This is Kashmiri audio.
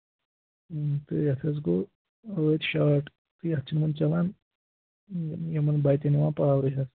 یَتھ حظ گوٚو ٲدی شاٹ تہٕ یَتھ چھُنہٕ وۅنۍ چَلان یِمَن بَتٮ۪ن یِوان پاورٕے حظ